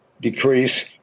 decrease